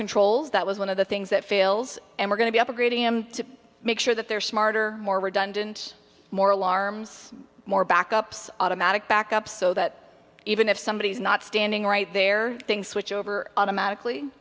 controls that was one of the things that fails and we're going to be upgrading him to make sure that they're smarter more redundant more alarms more backups automatic backup so that even if somebody is not standing right there switch over automatically